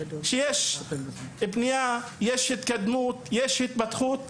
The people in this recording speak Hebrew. הנושא הזה ושיש התקדמות לטיפול בו,